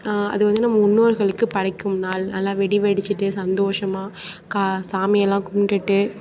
அது வந்து நம்ம முன்னோர்களுக்கு படைக்கும் நாள் நல்லா வெடி வெடித்திட்டு சந்தோஷமாக கா சாமியெல்லாம் கும்பிட்டுட்டு